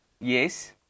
Yes